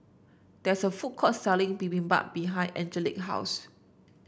there is a food court selling Bibimbap behind Angelic house